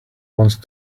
once